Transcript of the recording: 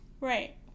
Right